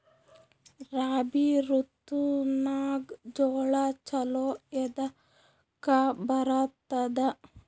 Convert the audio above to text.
ರಾಬಿ ಋತುನಾಗ್ ಜೋಳ ಚಲೋ ಎದಕ ಬರತದ?